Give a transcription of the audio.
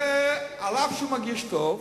ואף שהוא מרגיש טוב,